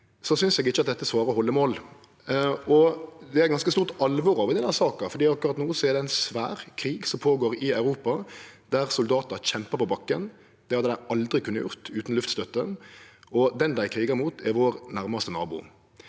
synest eg ikkje at dette svaret held mål. Det er eit ganske stort alvor over denne saka, for akkurat no er det ein svær krig i Europa, der soldatar kjempar på bakken. Det hadde dei aldri kunne gjort utan luftstøtte. Den dei krigar mot, er vår næraste nabo.